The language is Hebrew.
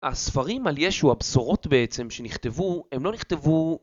הספרים על ישו, הבשורות בעצם, שנכתבו, הם לא נכתבו...